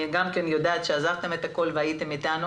אני יודעת שעזבתם הכול והייתם איתנו.